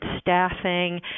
staffing